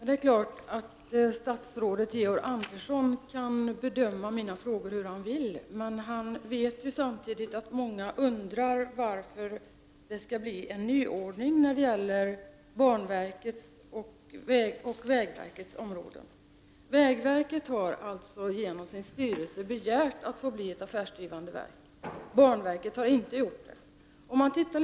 Herr talman! Det är klart att statsrådet Georg Andersson kan bedöma mina frågor hur han vill. Men Georg Andersson måste ju veta att många undrar varför det skall bli en nyordning när det gäller banverkets och vägverkets områden. Vägverket har alltså genom sin styrelse begärt att få bli ett affärsdrivande verk. Men banverket har inte kommit med någon sådan begäran.